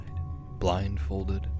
blindfolded